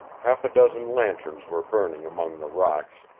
half a dozen lanterns were burning among the rocks,